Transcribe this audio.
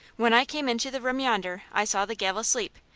when i came into the room yonder i saw the gal asleep,